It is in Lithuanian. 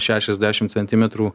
šešiasdešim centimetrų